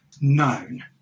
known